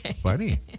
Funny